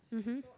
mmhmm